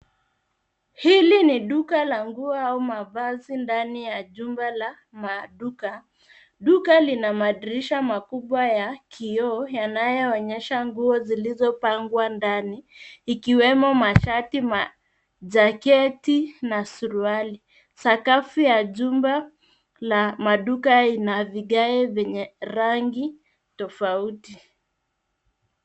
Hili ni duka la nguo au mavazi ndani ya jumba la maduka. Duka Lina madirisha makubwa ya kiooo yanayo onyesha nguo zilizopangwa ndani ikiwemo mashati, jaketi na suruali. Sakafu ya jumba la maduka ina vigae venye rangi tofauti.